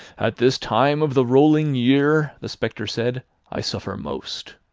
at this time of the rolling year, the spectre said, i suffer most.